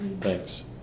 Thanks